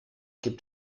gibt